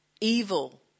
Evil